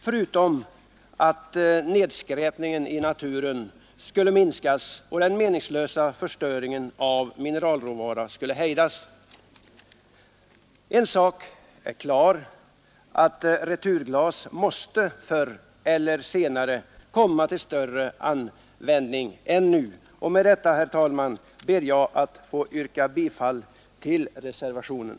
Dessutom skulle nedskräpningen i naturen minskas och den meningslösa förstörelsen av mineralråvara hejdas. En sak är klar: Returglas måste förr eller senare komma till större användning än nu. Med detta, herr talman, ber jag att få yrka bifall till reservationen.